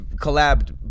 collabed